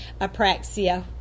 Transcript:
apraxia